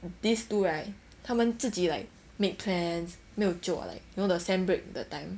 these two right 他们自己 like made plans 没有 jio 我 like you know sem break the time